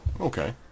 Okay